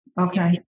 okay